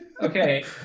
Okay